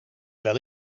wel